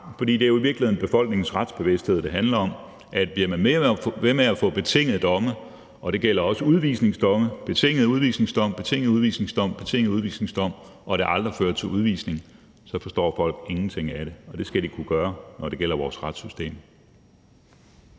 For det er jo i virkeligheden befolkningens retsbevidsthed, det handler om. Bliver man ved med at få betingede domme, og det gælder også udvisningsdomme, som gives gang på gang og aldrig fører til udvisning, så forstår folk ingenting af det, og det skal de kunne, når det gælder vores retssystem.